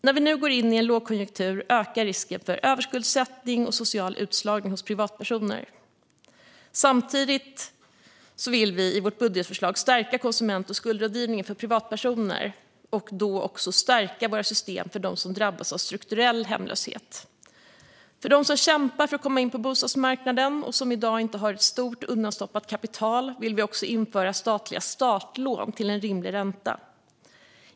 När vi nu går in i en lågkonjunktur ökar risken för överskuldsättning och social utslagning bland privatpersoner. Vi vill i vårt budgetförslag stärka konsument och skuldrådgivningen för privatpersoner och även våra system för dem som drabbas av strukturell hemlöshet. För dem som kämpar för att komma in på bostadsmarknaden och i dag inte har ett stort undanstoppat kapital vill vi också införa statliga startlån till rimlig ränta.